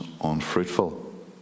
unfruitful